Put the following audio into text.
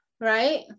right